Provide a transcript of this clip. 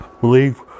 believe